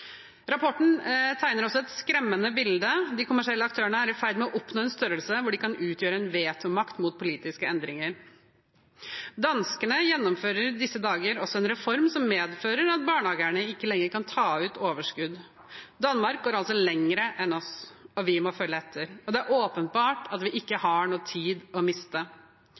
Rapporten tegner også et skremmende bilde: De kommersielle aktørene er i ferd med å oppnå en størrelse hvor de kan utgjøre en vetomakt mot politiske endringer. Danskene gjennomfører i disse dager en reform som medfører at barnehageeierne ikke lenger kan ta ut overskudd. Danmark går altså lenger enn oss, og vi må følge etter. Det er åpenbart at vi ikke har noen tid å miste.